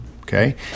okay